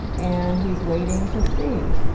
and he's waiting to see.